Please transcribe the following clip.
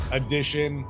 edition